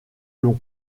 long